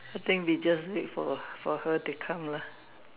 I think we just wait for for her to come lah